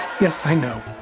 yes i know,